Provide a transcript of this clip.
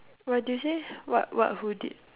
what did you say what what who did